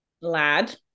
Lad